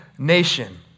Nation